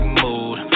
mood